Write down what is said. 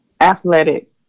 athletic